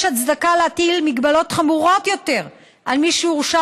יש הצדקה להטיל הגבלות חמורות יותר על מי שהורשע